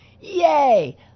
yay